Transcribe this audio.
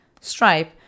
Stripe